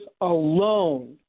alone